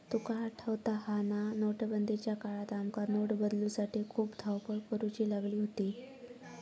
तुका आठवता हा ना, नोटबंदीच्या काळात आमका नोट बदलूसाठी खूप धावपळ करुची लागली होती